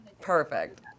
Perfect